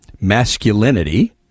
masculinity